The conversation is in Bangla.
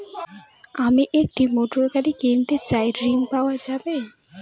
আমি একটি মোটরগাড়ি কিনতে চাই ঝণ পাওয়া যাবে?